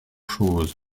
chose